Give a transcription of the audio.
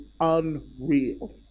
unreal